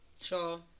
Sure